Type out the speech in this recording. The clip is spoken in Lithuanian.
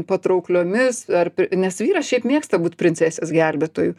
patraukliomis ar nes vyras šiaip mėgsta būti princesės gelbėtoju